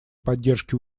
поддержке